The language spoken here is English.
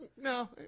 no